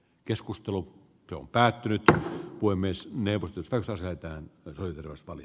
keskustelu päättynyttä voi myös ne vastusta kärrätään virasto oli